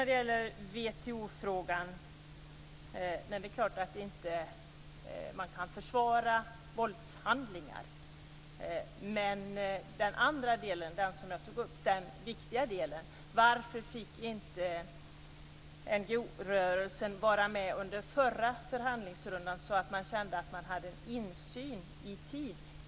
Det är klart att man inte kan försvara våldshandlingar. Men den del som jag tog upp i WTO-frågan är den viktiga delen. Varför fick inte NGO-rörelsen vara med under den förra förhandlingsrundan så att den kände att den hade insyn i tid?